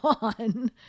on